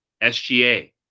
SGA